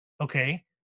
okay